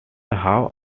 how